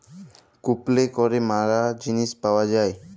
কুপলে ক্যরে ম্যালা জিলিস পাউয়া যায়